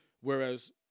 Whereas